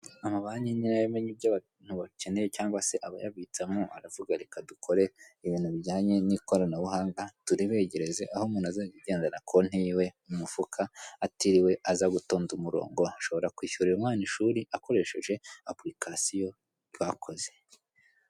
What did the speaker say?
Amabanki ni yo yamenye ibyo abantu bakeneye cyangwa se abayabitsamo; aravuga ati: reka dukore ibintu bijyanye n'ikoranabuhanga turibegereze, aho umuntu aza kugendana konti yiwe mu mufuka, atiriwe aza gutonda umurongo. Ashobora kwishyurira umwana ishuri akoresheje apulikasiyo twakoze.